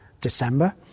December